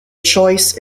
choice